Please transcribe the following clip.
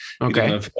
Okay